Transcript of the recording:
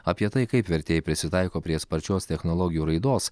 apie tai kaip vertėjai prisitaiko prie sparčios technologijų raidos